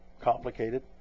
complicated